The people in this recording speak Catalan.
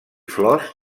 flors